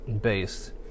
based